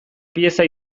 pieza